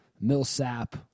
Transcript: Millsap